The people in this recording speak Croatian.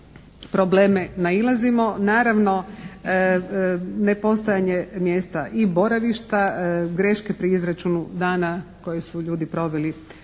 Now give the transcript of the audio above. probleme nailazimo. Naravno, nepostojanje mjesta i boravišta, greške pri izračunu dana koje su ljudi proveli